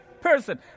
person